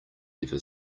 ever